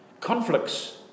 Conflicts